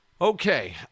Okay